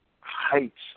heights